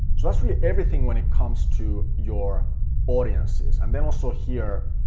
so that's really everything when it comes to your audiences. and then also here,